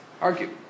Argue